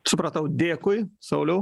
supratau dėkui sauliau